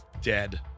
dead